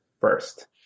first